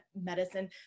medicine